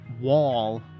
wall